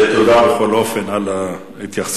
תודה בכל אופן על ההתייחסות.